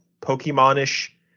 Pokemon-ish